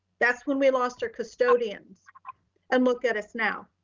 that's when we lost our custodians and look at us now.